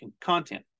content